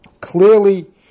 clearly